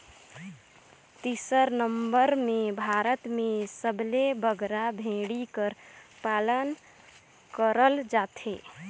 तीसर नंबर में भारत में सबले बगरा भेंड़ी कर पालन करल जाथे